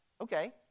okay